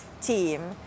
team